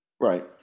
right